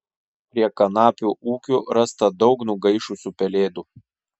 prie kanapių ūkių rasta daug nugaišusių pelėdų